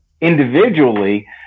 individually